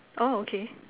oh okay